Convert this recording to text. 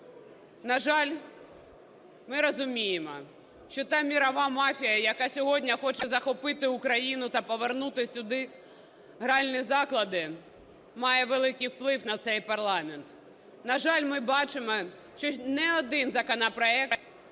На жаль, ми розуміємо, що та мирова мафія, яка сьогодні хоче захопити Україну та повернути сюди гральні заклади, має великий вплив на цей парламент. На жаль, ми бачимо, що ні один законопроект